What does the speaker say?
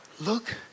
look